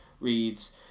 reads